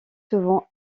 souvent